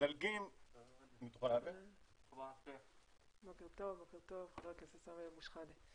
הצטרף אלינו ח"כ סמי אבו שחאדה.